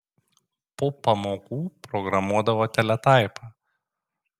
po pamokų programuodavo teletaipą